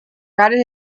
routed